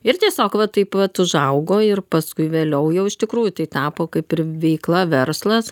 ir tiesiog va taip vat užaugo ir paskui vėliau jau iš tikrųjų tai tapo kaip ir veikla verslas